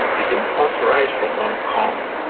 it imports rice from hong kong,